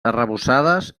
arrebossades